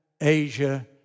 Asia